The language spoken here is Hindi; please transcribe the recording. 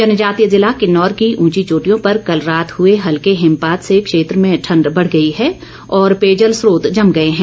जनजातीय जिला किन्नौर की उंची चोटियों पर कल रात हुए हल्के हिमपात से क्षेत्र में ठण्ड बढ़ गई है और पेयजल स्रोत जम गए है